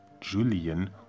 Julian